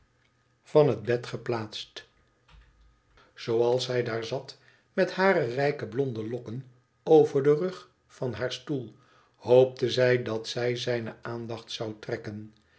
van het bed zooals zij daar zat met hare rijke blonde lokken over den rug van haar stoel hoopte zij dat zij zijne aandacht zou trekken